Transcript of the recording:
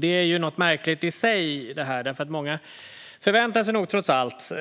Detta är något märkligt i sig, för många förväntade sig nog ändå